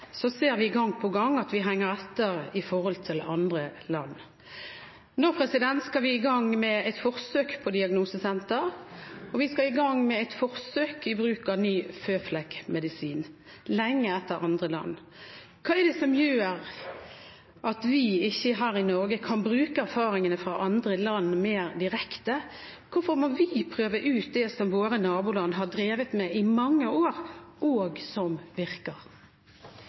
ser vi gang på gang at vi henger etter i forhold til andre land. Nå skal vi i gang med et forsøk på diagnosesenter, og vi skal i gang med et forsøk i bruk av ny føflekkmedisin – lenge etter andre land. Hva er det som gjør at vi her i Norge ikke kan bruke erfaringene fra andre land mer direkte? Hvorfor må vi prøve ut det som våre naboland har drevet med i mange år, og som virker?